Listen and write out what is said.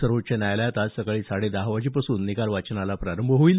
सर्वोच्च न्यायालयात आज सकाळी साडे दहा वाजेपासून निकाल वाचनास प्रारंभ होईल